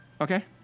Okay